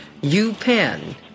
UPenn